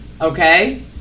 Okay